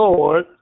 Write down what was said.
Lord